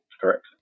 Correct